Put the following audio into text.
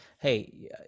Hey